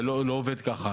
זה לא עובד ככה.